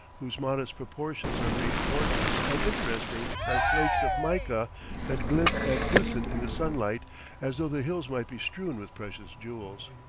whose modest proportions are made gorgeous and interesting by flakes of mica that glint and glisten in the sunlight as though the hills might be strewn with precious jewels.